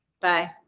bye